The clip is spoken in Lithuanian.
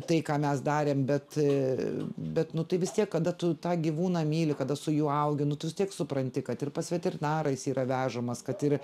tai ką mes darėm bet bet nu tai vis tiek kada tu tą gyvūną myli kada su juo augi nu tu vis tiek supranti kad ir pas veterinarą jis yra vežamas kad ir